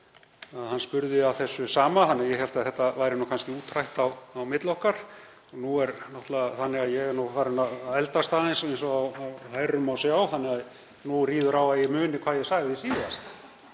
hann spurði að þessu sama þannig að ég hélt að þetta væri þá kannski útrætt á milli okkar. Og þannig er náttúrlega að ég er nú farinn að eldast aðeins eins og á hærum má sjá, þannig að nú ríður á að ég muni hvað ég sagði síðast.